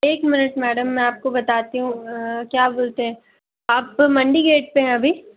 एक minute madam मैं आपको बताती हूँ क्या बोलते हैं आप मंडी गेट पर हैं अभी